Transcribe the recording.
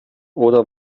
oder